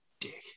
dick